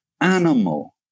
animal